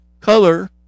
color